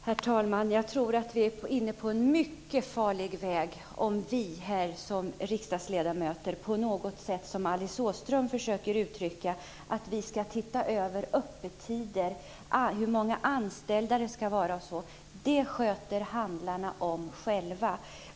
Herr talman! Jag tror att vi är inne på en mycket farlig väg, om vi riksdagsledamöter här på något sätt, som Alice Åström försöker säga, skall titta över öppettider, hur många anställda det skall vara osv. Det sköter handlarna om själva.